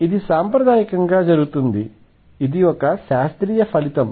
మరియు ఇది సాంప్రదాయకంగా జరుగుతుంది ఇది శాస్త్రీయ ఫలితం